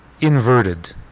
Inverted